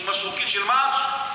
משרוקית של מארש?